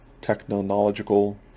technological